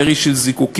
ירי של זיקוקים,